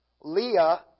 Leah